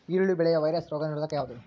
ಈರುಳ್ಳಿ ಬೆಳೆಯ ವೈರಸ್ ರೋಗ ನಿರೋಧಕ ಯಾವುದು?